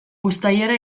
uztailera